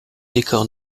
décor